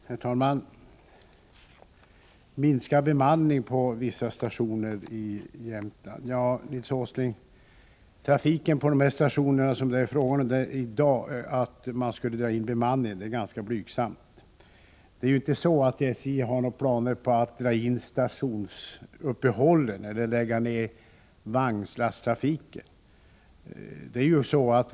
Herr talman! Nils Åsling talar om minskad bemanning på vissa stationer i Jämtland. Ja, Nils Åsling, trafiken vid de stationer där det i dag är fråga om att dra in bemanning är ganska blygsam. Det är inte så att SJ har några planer på att dra in stationsuppehållen eller på att lägga ned vagnslasttrafiken.